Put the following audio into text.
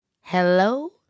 hello